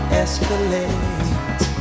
escalate